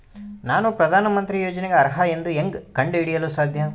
ನಾನು ಪ್ರಧಾನ ಮಂತ್ರಿ ಯೋಜನೆಗೆ ಅರ್ಹ ಎಂದು ಹೆಂಗ್ ಕಂಡ ಹಿಡಿಯಲು ಸಾಧ್ಯ?